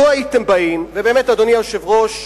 לו הייתם באים, ובאמת, אדוני היושב-ראש,